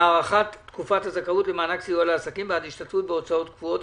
(הארכת תקופת הזכאות למענק סיוע לעסקים בעד השתתפות בהוצאות קבועות),